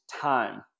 time